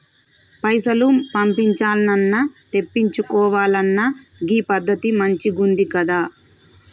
పైసలు పంపించాల్నన్నా, తెప్పిచ్చుకోవాలన్నా గీ పద్దతి మంచిగుందికదా